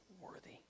worthy